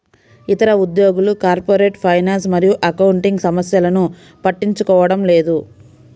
ఇతర ఉద్యోగులు corporate finance మరియు అకౌంటింగ్ సమస్యలను పట్టించుకోవడం లేదు